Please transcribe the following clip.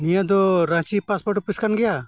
ᱱᱤᱭᱟᱹ ᱫᱚ Ranchi passport office ᱠᱟᱱ ᱜᱮᱭᱟ